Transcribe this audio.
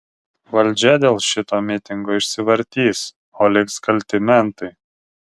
valdžia dėl šito mitingo išsivartys o liks kalti mentai